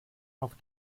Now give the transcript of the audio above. auf